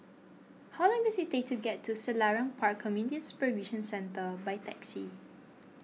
how long does it take to get to Selarang Park Community Supervision Centre by taxi